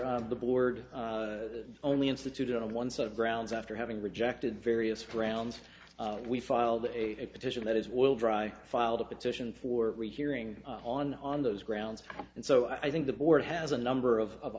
the board only instituted on one sort of grounds after having rejected various rounds we filed a petition that is will dry filed a petition for rehearing on on those grounds and so i think the board has a number of